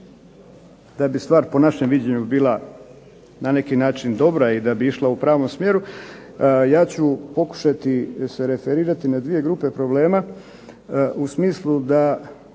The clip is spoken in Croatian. da bi stvar po našem viđenju na neki način bila dobra i da bi išla u pravom smjeru, ja ću pokušati se referirati na dvije grupe problema u smislu da